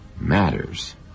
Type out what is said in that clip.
matters